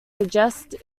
suggest